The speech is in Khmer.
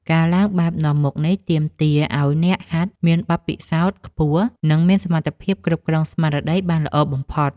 ការឡើងបែបនាំមុខនេះ ទាមទារឱ្យអ្នកហាត់មានបទពិសោធន៍ខ្ពស់ និងមានសមត្ថភាពគ្រប់គ្រងស្មារតីបានល្អបំផុត។